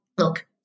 look